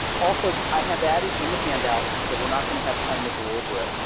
also, i have added in the handout, so we're not going to have time to go over it,